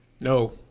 No